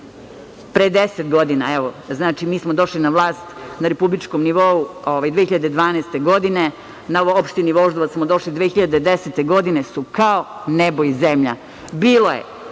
pre 10 godina, evo, znači, mi smo došli na vlast na republičkom nivou 2012. godine, na opštinu Voždovac smo došli 2010. godine, su kao nebo i zemlja. Bilo je